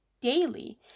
daily